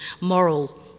moral